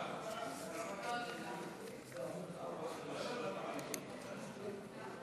עד שלוש דקות, אדוני, בבקשה.